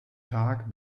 tag